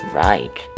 right